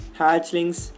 hatchlings